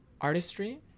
artistry